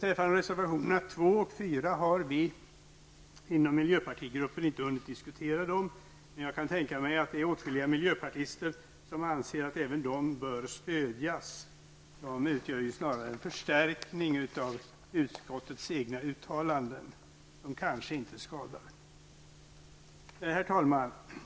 Reservationerna 2 och 4 har vi inom miljöpartigruppen inte hunnit diskutera, men jag kan tänka mig att det är åtskilliga miljöpartister som anser att även dessa reservationerna bör stödjas. De utgör snarast en förstärkning av utskottets egna uttalanden, som kanske inte skadar. Herr talman!